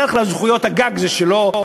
בדרך כלל, זכויות בגג הן שלו.